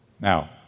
Now